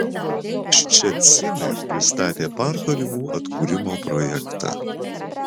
ščecine pristatė parko ribų atkūrimo projektą